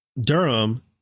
Durham